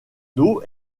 dos